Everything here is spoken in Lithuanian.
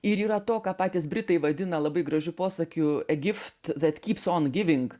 ir yra to ką patys britai vadina labai gražiu posakių a gift that keeps on giving